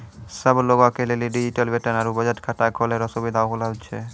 सब लोगे के लेली डिजिटल वेतन आरू बचत खाता खोलै रो सुविधा उपलब्ध छै